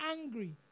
angry